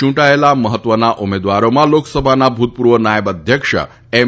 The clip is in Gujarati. ચૂંટાયેલા મહત્વના ઉમેદવારોમાં લોકસભાના ભૂતપૂર્વ નાયબ અધ્યક્ષ એમ